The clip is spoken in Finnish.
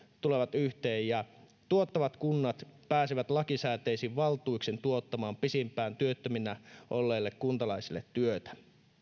tulevat yhteen ja tuottavat kunnat pääsevät lakisääteisin valtuuksin tuottamaan pisimpään työttöminä olleille kuntalaisille työtä